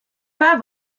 pas